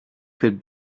could